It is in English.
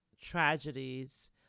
tragedies